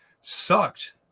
sucked